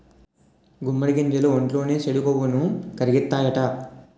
గుమ్మడి గింజలు ఒంట్లోని చెడు కొవ్వుని కరిగిత్తాయట